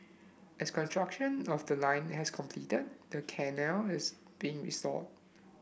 as construction of the line has completed the canal is being restored